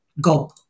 go